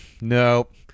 Nope